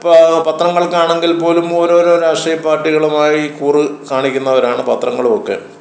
ഇപ്പം പത്രങ്ങൾക്കാണെങ്കിൽ പോലും ഓരോരോ രാഷ്ട്രീയ പാർട്ടികളുമായി കൂറ് കാണിക്കുന്നവരാണ് പത്രങ്ങളുവൊക്കെ